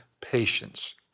patience